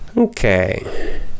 okay